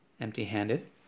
empty-handed